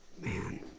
Man